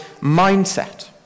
mindset